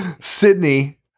Sydney